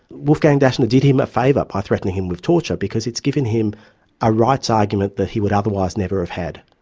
wolfgang daschner did him a favour by threatening him with torture, because it's given him a rights argument that he would otherwise never have had.